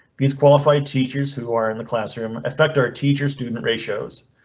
these qualified teachers who are in the classroom affect our teacher student ratios.